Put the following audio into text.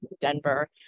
Denver